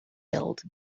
billed